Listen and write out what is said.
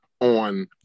on